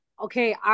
Okay